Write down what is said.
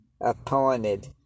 appointed